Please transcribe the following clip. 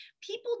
people